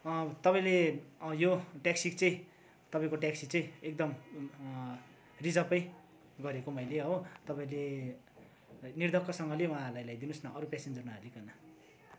तपाईँले यो ट्याक्सी चाहिँ तपाईँको ट्याक्सी चाहिँ एकदम रिजर्भै गरेको मैले हो तपाईँले निर्धक्कसँगले उहाँहरूलाई ल्याइदिनु होस् न अरू प्यासेन्जर नहालिकन